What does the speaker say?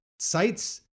sites